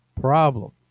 problem